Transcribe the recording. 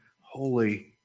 holy